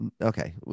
Okay